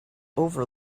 over